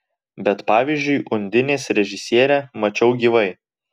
bet pavyzdžiui undinės režisierę mačiau gyvai